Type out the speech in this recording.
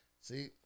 See